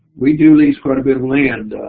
we do lease quite a bit of land.